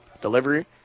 Delivery